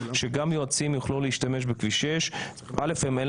שגם יועצים יוכלו להשתמש בכביש 6. א' אין